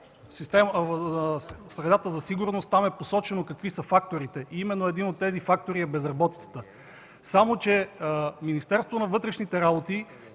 средата за сигурност е посочено какви са факторите. Именно един от тези фактори е безработицата. Само че Министерството на вътрешните работи